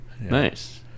Nice